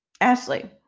Ashley